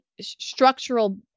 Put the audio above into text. structural